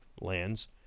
Lands